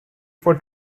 for